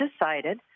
decided